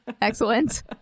Excellent